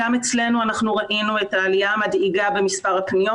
גם אצלנו ראינו את העלייה המדאיגה במספר הפניות